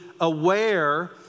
aware